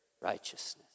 righteousness